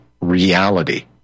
reality